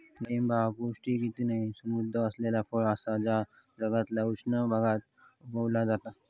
डाळिंब ह्या पौष्टिकतेन समृध्द असलेला फळ असा जा जगातल्या उष्ण भागात उगवला जाता